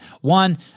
One